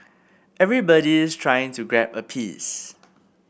everybody's trying to grab a piece